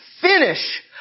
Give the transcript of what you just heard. finish